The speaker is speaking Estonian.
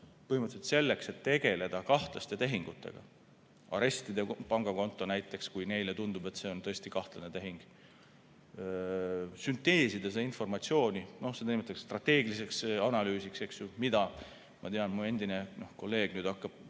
põhimõtteliselt selleks, et tegeleda kahtlaste tehingutega, arestida pangakonto näiteks, kui neile tundub, et see on tõesti kahtlane tehing, sünteesida seda informatsiooni – seda nimetatakse strateegiliseks analüüsiks. Ma tean, et mu endine kolleeg hakkab